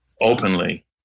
openly